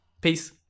peace